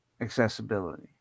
Accessibility